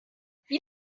wie